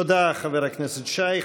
תודה, חבר הכנסת שי.